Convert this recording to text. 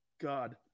God